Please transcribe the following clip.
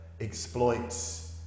exploits